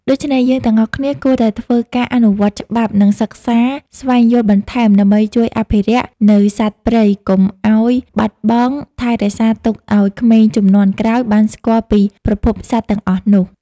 ដូច្នេះយើងទាំងអស់គ្នាគួរតែធ្វើការអនុវត្តន៍ច្បាប់និងសិក្សាស្វែងយល់បន្ថែមដើម្បីជួយអភិរក្សនៅសត្វព្រៃកុំឲ្របាត់បង់ថែរក្សាទុកឲ្យក្មេងជំនាន់ក្រោយបានស្គាល់ពីប្រភពសត្វទាំងអស់នោះ។